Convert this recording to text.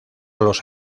los